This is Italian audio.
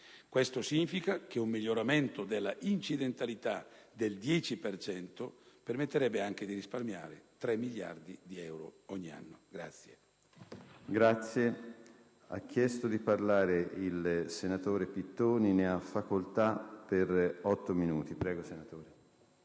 Questo significa che un miglioramento dell'incidentalità del 10 per cento permetterebbe di risparmiare 3 miliardi di euro ogni anno.